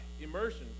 immersion